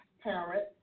parent